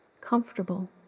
comfortable